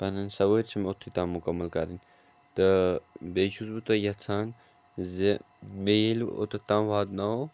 پَنُن سوٲرۍ چھَم اوٚتتھٕے تام مُکمل کرٕنۍ تہٕ بیٚیہِ چھُس بہٕ تۅہہِ یژھان زِ مےٚ ییٚلہِ اوٚتَتھ تام واتناوَو